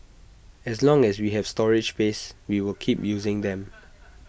as long as we have storage space we will keep using them